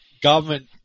government